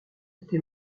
été